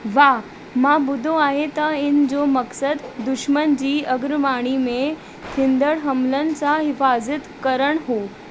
वाहु मां ॿुधो आहे त इन जो मक़सदु दुश्मन जी अॻुवाणी में थींदड़ हमलनि सां हिफ़ाज़ति करणु हो